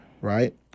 right